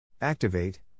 Activate